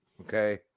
okay